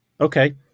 Okay